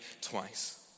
twice